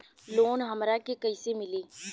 Loan हमरा के कईसे मिली?